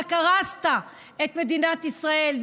רק הרסת את מדינת ישראל,